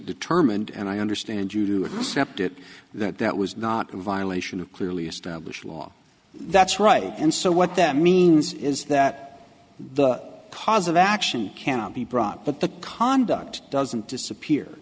determined and i understand you to accept it that that was not a violation of clearly established law that's right and so what that means is that the cause of action cannot be brought but the conduct doesn't disappear